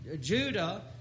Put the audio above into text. Judah